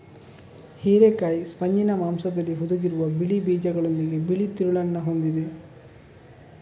ಹಿರೇಕಾಯಿ ಸ್ಪಂಜಿನ ಮಾಂಸದಲ್ಲಿ ಹುದುಗಿರುವ ಬಿಳಿ ಬೀಜಗಳೊಂದಿಗೆ ಬಿಳಿ ತಿರುಳನ್ನ ಹೊಂದಿದೆ